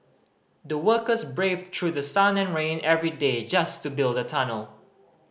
the workers braved through sun and rain every day just to build the tunnel